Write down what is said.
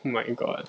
my god